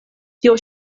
tio